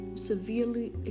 severely